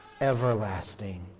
everlasting